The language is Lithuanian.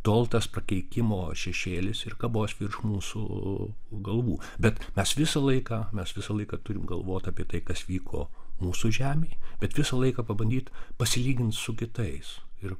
tol tas prakeikimo šešėlis ir kabos virš mūsų galvų bet mes visą laiką mes visą laiką turim galvot apie tai kas vyko mūsų žemėj bet visą laiką pabandyt pasilygint su kitais ir